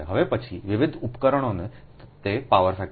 હવે આ પછી વિવિધ ઉપકરણોનો તે પાવર ફેક્ટર